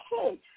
okay